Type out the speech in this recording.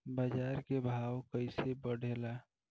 बाजार के भाव कैसे बढ़े ला?